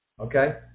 okay